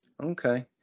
Okay